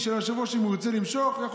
אם הוא ירצה למשוך,